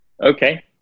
Okay